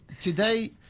today